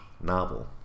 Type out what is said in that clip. novel